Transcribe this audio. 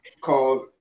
called